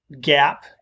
gap